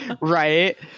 right